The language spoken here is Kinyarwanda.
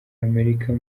amerika